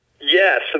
Yes